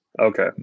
Okay